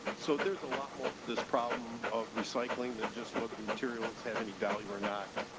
so there's a lot more to this problem of recycling than just whether the materials have any value or not.